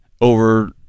over